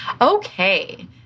okay